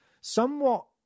somewhat